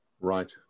Right